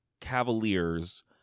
cavaliers